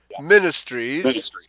ministries